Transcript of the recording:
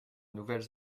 nouvelles